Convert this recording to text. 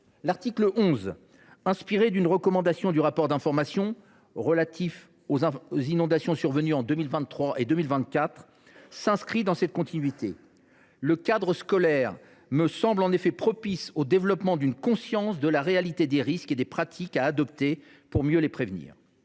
L’article 11, inspiré d’une recommandation du rapport d’information relatif aux inondations survenues en 2023 et au début de l’année 2024, s’inscrit dans cette continuité. Le cadre scolaire me semble en effet propice au développement d’une conscience de la réalité des risques et à l’apprentissage des pratiques à adopter pour mieux les prévenir.